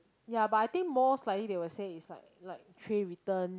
ya but I think more likely they will say is like like tray return